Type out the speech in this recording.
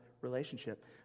relationship